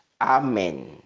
amen